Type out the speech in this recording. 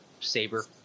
saber